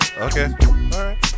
Okay